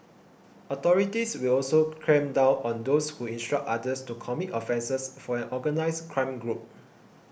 authorities will also clamp down on those who instruct others to commit offences for an organised crime group